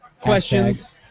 questions